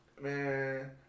Man